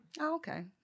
Okay